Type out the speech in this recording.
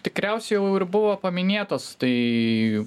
tikriausiai jau ir buvo paminėtos tai